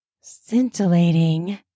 scintillating